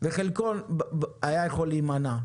וחלקו היה יכול להימנע.